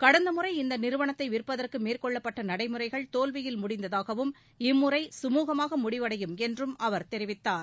கடந்த முறை இந்த நிறுவனத்தை விற்பதற்கு மேற்கொள்ளப்பட்ட நடைமுறைகள் தோல்வியில் முடிந்ததாகவும் இம்முறை சுமுகமாக முடிவடையும் என்றும் அவர் தெரிவித்தார்